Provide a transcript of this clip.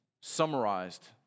summarized